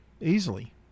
easily